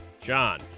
John